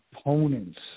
opponents